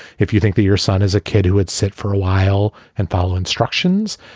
if you think that your son is a kid who would sit for a while and follow instructions.